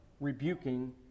rebuking